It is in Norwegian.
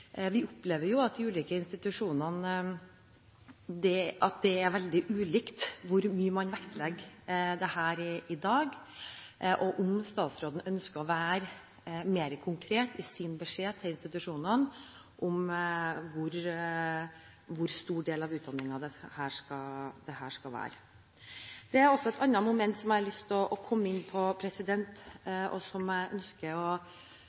vi opplever jo at de ulike institusjonene vektlegger dette veldig ulikt i dag, og om statsråden ønsker å være mer konkret i sin beskjed til institusjonene om hvor stor del av utdanningen dette skal være. Det er også et annet moment som jeg har lyst til å komme inn på, og som jeg ønsker å